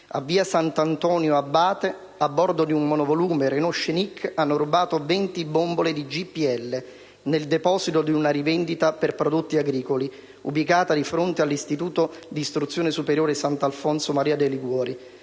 a via Sant'Antonio Abate, a bordo di una monovolume Renault Scénic, hanno rubato 20 bombole di GPL dal deposito di una rivendita per prodotti agricoli, ubicata di fronte all'istituto di istruzione superiore «Sant'Alfonso Maria de' Liguori».